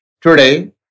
today